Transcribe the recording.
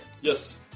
yes